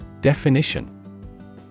Definition